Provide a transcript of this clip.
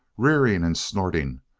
rearing and snorting,